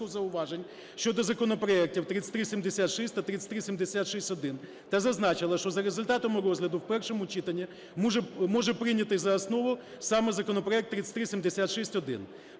зауважень щодо законопроектів 3376 та 3376-1 та зазначило, що за результати розгляду в першому читанні можна прийняти за основу саме законопроект 3376-1.